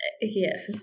Yes